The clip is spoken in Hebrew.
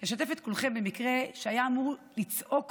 את כולכם במקרה שהיה אמור לצעוק